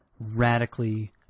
radically